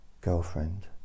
girlfriend